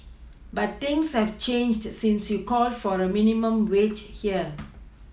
but things have changed since you called for a minimum wage here